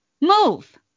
move